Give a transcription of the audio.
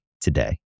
today